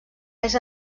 més